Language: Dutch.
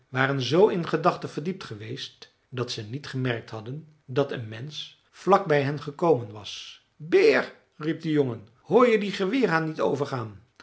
waren z in gedachten verdiept geweest dat ze niet gemerkt hadden dat een mensch vlak bij hen gekomen was beer riep de jongen hoor je die geweerhaan niet overgaan